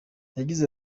yagize